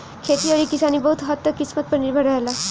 खेती अउरी किसानी बहुत हद्द तक किस्मत पर निर्भर रहेला